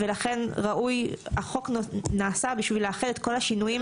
ולכן ראוי, החוק נעשה כדי לאחד את כל השינויים.